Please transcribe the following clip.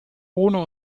ohne